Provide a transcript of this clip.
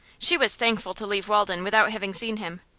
she was thankful to leave walden without having seen him,